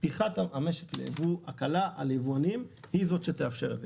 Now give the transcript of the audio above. פתיחת המשק ליבוא והקלה על היבואנים היא זו שתאפשר את זה.